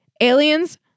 Aliens